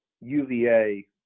UVA